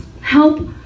Help